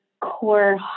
core